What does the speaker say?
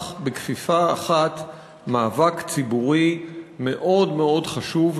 בכפיפה אחת מאבק ציבורי מאוד מאוד חשוב,